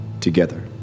together